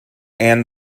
and